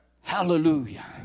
Hallelujah